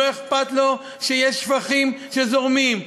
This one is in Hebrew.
לא אכפת לו שיש שפכים שזורמים.